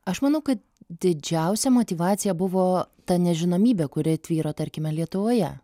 aš manau ka didžiausia motyvacija buvo ta nežinomybė kuri tvyro tarkime lietuvoje